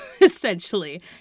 essentially